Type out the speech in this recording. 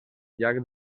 llac